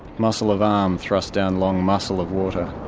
muscle of arm thrust down long muscle of water.